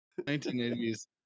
1980s